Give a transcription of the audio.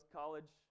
college